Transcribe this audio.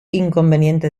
inconveniente